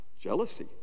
jealousy